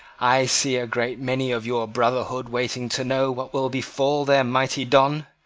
i see a great many of your brotherhood waiting to know what will befall their mighty don.